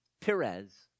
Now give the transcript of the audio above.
Perez